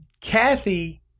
Kathy